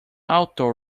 outdoor